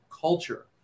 culture